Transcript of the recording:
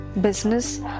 business